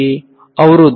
વિદ્યાર્થી અવરોધો